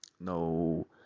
no